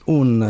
un